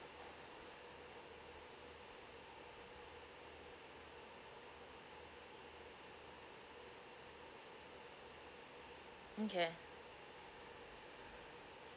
okay